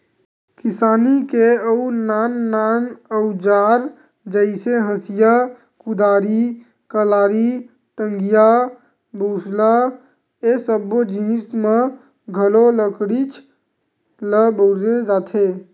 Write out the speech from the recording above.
किसानी के अउ नान नान अउजार जइसे हँसिया, कुदारी, कलारी, टंगिया, बसूला ए सब्बो जिनिस म घलो लकड़ीच ल बउरे जाथे